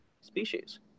species